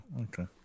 Okay